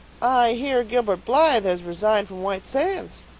i hear gilbert blythe has resigned from white sands.